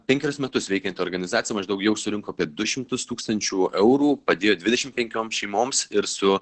penkerius metus veikianti organizacija maždaug jau surinko per du šimtus tūkstančių eurų padėjo dvidešim penkiom šeimoms ir su